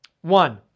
One